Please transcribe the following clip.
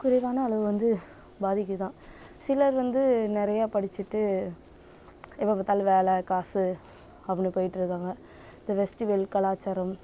குறைவான அளவு வந்து பாதிக்குது தான் சிலர் வந்து நிறைய படித்திட்டு எப்போ பார்த்தாலும் வேலை காசு அப்புடின்னு போயிட்டு இருக்காங்க இந்த ஃபெஸ்டிவெல் கலாச்சாரம்